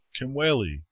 Kimweli